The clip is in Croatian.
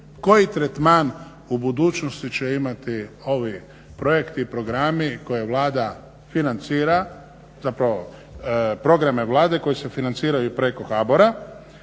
Koji tretman u budućnosti će imati ovi projekti i programi koje Vlada financira, zapravo programe Vlade koji se financiraju preko HBOR-a